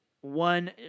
one